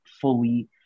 fully